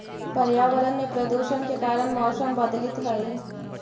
पर्यावरण में प्रदूषण के कारण मौसम बदलित हई